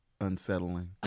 unsettling